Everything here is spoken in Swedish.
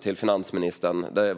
till finansministern består.